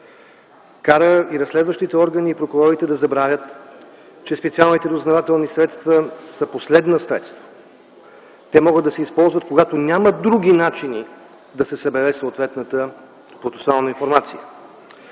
кара разследващите органи и прокурорите да забравят, че специалните разузнавателни средства са последно средство. Те могат да се използват, когато няма други начини да се събере съответната процесуална информация.